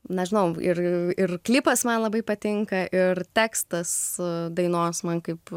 nežinau ir ir klipas man labai patinka ir tekstas dainos man kaip